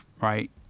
right